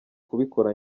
kubikora